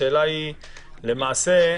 למעשה,